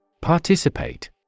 Participate